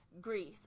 Greece